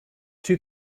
two